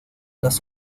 las